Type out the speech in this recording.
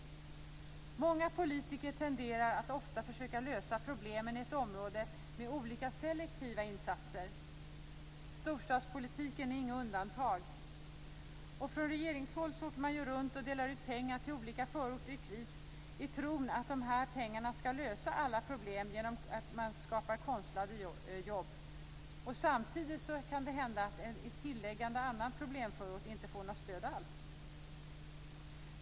Många politiker tenderar att ofta försöka lösa problemen i ett område med olika selektiva insatser. Storstadspolitiken är inget undantag. Från regeringshåll åker man runt och delar ut pengar till olika förorter i kris i tron att man kan lösa alla problem genom att skapa konstlade jobb. Samtidigt kan det hända att en annan intilliggande problemförort inte får något stöd alls.